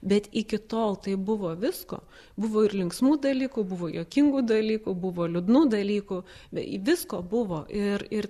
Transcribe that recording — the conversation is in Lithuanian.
bet iki tol tai buvo visko buvo ir linksmų dalykų buvo juokingų dalykų buvo liūdnų dalykų be visko buvo ir ir